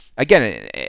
Again